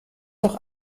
doch